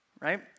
right